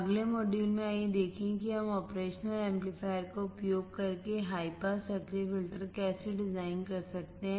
अगले मॉड्यूल में आइए देखें कि हम ऑपरेशन एम्पलीफायर का उपयोग करके हाई पास सक्रिय फिल्टर कैसे डिज़ाइन कर सकते हैं